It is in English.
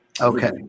Okay